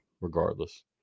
regardless